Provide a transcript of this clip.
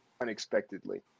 unexpectedly